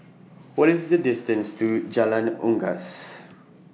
What IS The distance to Jalan Unggas